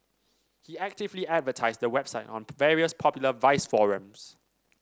he actively advertised the website on various popular vice forums